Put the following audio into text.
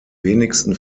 wenigsten